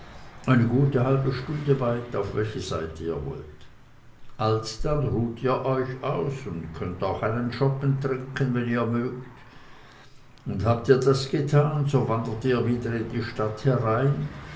eine gute halbe stunde weit auf welche seite ihr wollt alsdann ruhet ihr euch aus und könnt auch einen schoppen trinken wenn ihr mögt und habt ihr das getan so wandert ihr wieder in die stadt herein